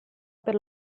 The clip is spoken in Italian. per